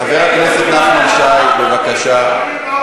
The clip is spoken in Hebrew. חבר הכנסת נחמן שי, בבקשה.